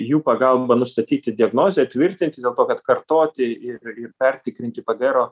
jų pagalba nustatyti diagnozę tvirtinti dėl to kad kartoti ir ir pertikrinti pgro